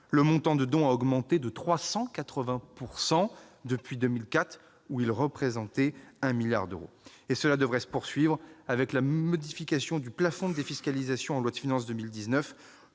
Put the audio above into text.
Le montant des dons a augmenté de 380 % depuis 2004 : il représentait alors 1 milliard d'euros. Ce mouvement devrait se poursuivre avec la modification du plafond de défiscalisation dans la loi de finances de